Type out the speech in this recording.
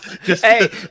hey